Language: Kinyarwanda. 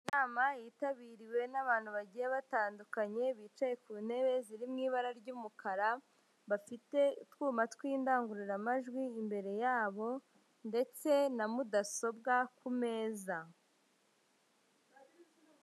Inama yitabiriwe n'abantu bagiye batandukanye, bicaye ku ntebe ziri mu ibara ry'umukara, bafite utwuma tw'indangururamajwi imbere yabo ndetse na mudasobwa ku meza.